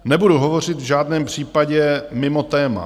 Nebudu hovořit v žádném případě mimo téma.